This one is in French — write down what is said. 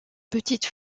petites